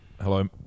Hello